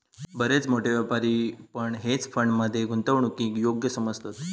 बरेच मोठे व्यापारी पण हेज फंड मध्ये गुंतवणूकीक योग्य समजतत